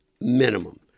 minimum